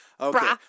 okay